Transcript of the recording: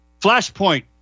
Flashpoint